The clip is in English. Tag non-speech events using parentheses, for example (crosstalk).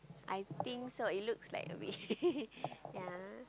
I think so it looks like a bit (laughs) ya